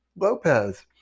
Lopez